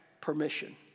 permission